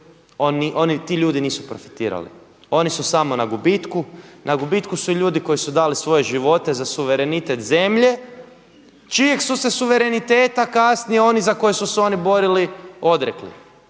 ti ljudi nisu profitirali. Oni su samo na gubitku, na gubitku su i ljudi koji su dali svoje živote za suverenitet zemlje čijeg su se suvereniteta kasnije oni za koje su se oni borili odrekli.